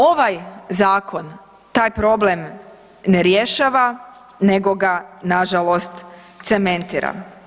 Ovaj zakon taj problem ne rješava nego ga nažalost cementira.